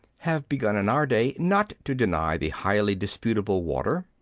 have begun in our day not to deny the highly disputable water,